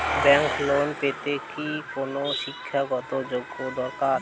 Bank loan পেতে কি কোনো শিক্ষা গত যোগ্য দরকার?